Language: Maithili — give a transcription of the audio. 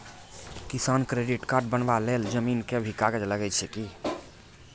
किसान क्रेडिट कार्ड बनबा के लेल जमीन के भी कागज लागै छै कि?